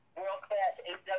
world-class